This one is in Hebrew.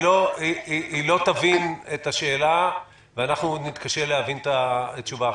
היא לא תבין את השאלה ואנחנו נתקשה לבין את התשובה.